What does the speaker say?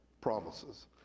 promises